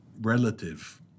relative